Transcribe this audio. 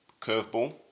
Curveball